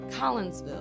Collinsville